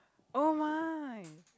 oh my